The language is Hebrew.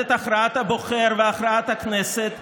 יכלה לקום ממשלה אחרת,